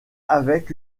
avec